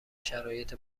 شرایط